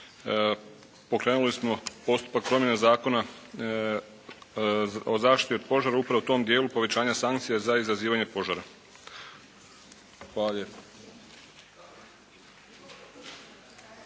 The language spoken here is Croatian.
pokrenuli smo postupak promjene Zakona o zaštiti od požara upravo u tom dijelu povećanja sankcija za izazivanje požara. Hvala